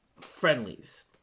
Friendlies